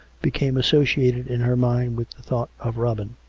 became associated in her mind with the thought of robin